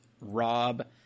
Rob